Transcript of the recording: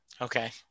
Okay